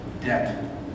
Debt